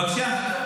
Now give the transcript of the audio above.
בבקשה.